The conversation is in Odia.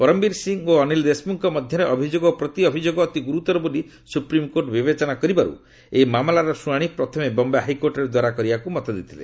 ପରମବୀର ସିଂହ ଓ ଅନୀଲ ଦେଶମ୍ରଖଙ୍କ ମଧ୍ୟରେ ଅଭିଯୋଗ ଓ ପ୍ରତି ଅଭିଯୋଗ ଅତି ଗୁର୍ତର ବୋଲି ସ୍ୱପ୍ରିମକୋର୍ଟ ବିବେଚନା କରିବାର୍ତ ଏହି ମାମଲାର ଶ୍ରଣାଣି ପ୍ରଥମେ ବମ୍ବେ ହାଇକୋର୍ଟ ଦ୍ୱାରା କରିବାକୁ ମତ ଦେଇଥିଲେ